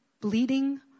bleeding